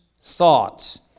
thoughts